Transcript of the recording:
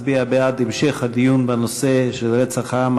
מצביע בעד המשך הדיון בנושא של רצח העם